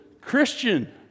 Christian